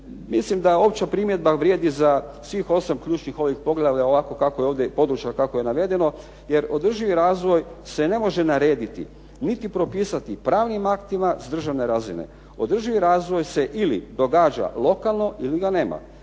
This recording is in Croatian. Mislim da opća primjedba vrijedi za svih osam ključnih ovih poglavlja ovako kako je ovdje, područja, kako je navedeno jer održivi razvoj se ne može narediti niti propisati pravnim aktima s državne razine. Održivi razvoj se ili događa lokalno ili ga nema.